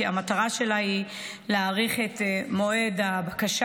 כי המטרה שלה להאריך את מועד הבקשה